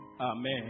Amen